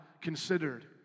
considered